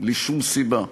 בלי שום סיבה.